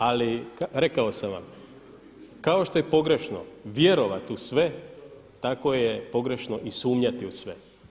Ali rekao sam vam kao što je pogrešno vjerovati u sve, tako je pogrešno i sumnjati u sve.